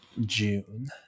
june